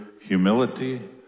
humility